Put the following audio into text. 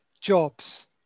jobs